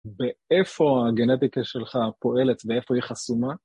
באיפה הגנטיקה שלך פועלת ואיפה היא חסומה?